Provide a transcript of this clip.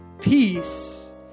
peace